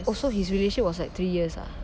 oh so his relationship was like three years ah